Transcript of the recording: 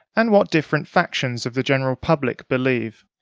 and what different factions of the general public believes.